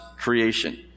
creation